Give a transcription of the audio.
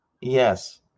Yes